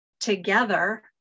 together